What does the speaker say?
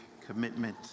commitment